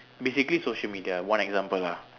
basically social media one example lah